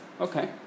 Okay